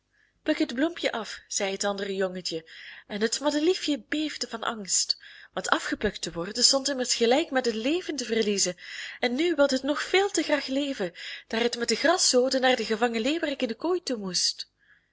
het bloempje af zei het andere jongetje en het madeliefje beefde van angst want afgeplukt te worden stond immers gelijk met het leven te verliezen en nu wilde het nog veel te graag leven daar het met de graszode naar den gevangen leeuwerik in de kooi toe moest